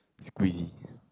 squeezy